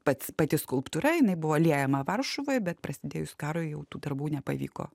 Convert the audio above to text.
pats pati skulptūra jinai buvo liejama varšuvoj bet prasidėjus karui jau tų darbų nepavyko